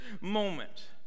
moment